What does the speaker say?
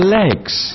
legs